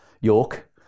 York